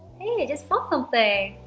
just bought something.